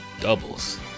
doubles